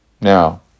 Now